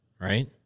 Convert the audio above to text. right